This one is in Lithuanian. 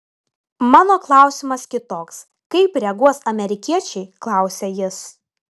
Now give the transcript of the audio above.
mano klausimas kitoks kaip reaguos amerikiečiai klausia jis